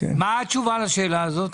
התשובה לשאלה הזאת?